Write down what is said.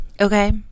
Okay